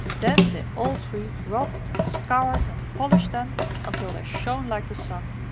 then they all three rubbed and scoured and polished them until they shone like the sun.